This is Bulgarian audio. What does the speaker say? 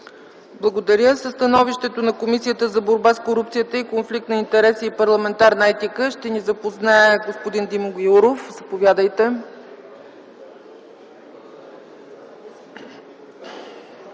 Благодаря. Със становището на Комисията за борба с корупцията, конфликт на интереси и парламентарна етика ще ни запознае господин Димо Гяуров. Заповядайте.